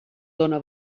dóna